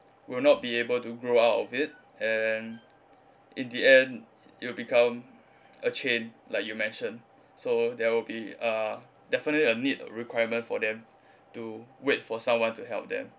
will not be able to grow out of it and in the end it will become a chain like you mention so there will be uh definitely a need uh requirement for them to wait for someone to help them